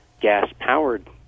gas-powered